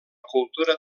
cultura